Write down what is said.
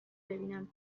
ببینم